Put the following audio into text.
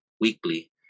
weekly